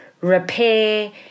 repair